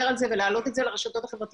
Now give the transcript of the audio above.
על זה ולהעלות את זה לרשתות החברתיות,